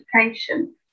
education